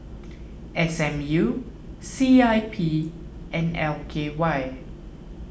S M U C I P and L K Y